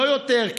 לא יותר,